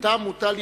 מתה מוטל לפניהם.